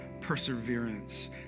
perseverance